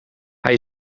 hij